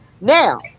now